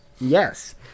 Yes